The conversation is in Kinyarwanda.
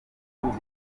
inkiko